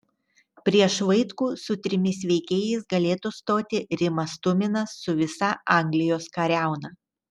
prieš vaitkų su trimis veikėjais galėtų stoti rimas tuminas su visa anglijos kariauna